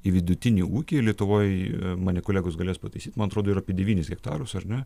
į vidutinį ūkį lietuvoj mane kolegos galės pataisyt man atrodo yra apie devynis hektarus ar ne